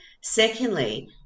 Secondly